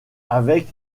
avec